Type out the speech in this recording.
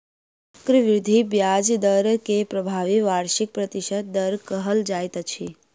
चक्रवृद्धि ब्याज दर के प्रभावी वार्षिक प्रतिशत दर कहल जाइत अछि